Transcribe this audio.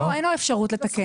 לא, אין לו אפשרות לתקן.